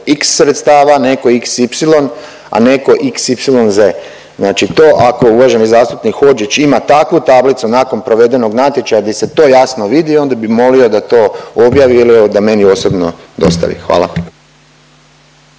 x sredstava, netko xy, a netko xyz. Znači to ako, uvaženi zastupnik Hodžić ima takvu tablicu nakon provedenog natječaja di se to jasno vidi, onda bih molio da to objavi ili evo, da meni osobno dostavi. Hvala.